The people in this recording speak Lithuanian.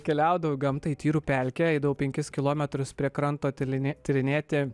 keliaudavau į gamtą į tyrų pelkę eidavau penkis kilometrus prie kranto tili tyrinėti